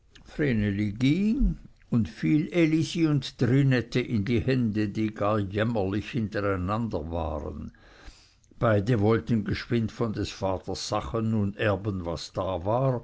und fiel elisi und trinette in die hände die gar jämmerlich hintereinander waren beide wollten geschwind von des vaters sachen nun erben was da war